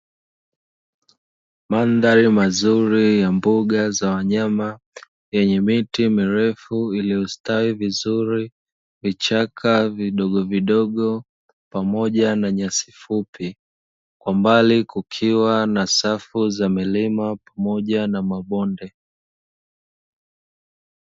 Mandhari mazuri ya mbuga za wanyama zenye miti mirefu iliyostawi vizuri, vichaka vidogo vidogo pamoja na nyasi fupi. Kwa mbali kukiwa na safu za milima pamoja na mabonde.